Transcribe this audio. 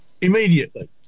immediately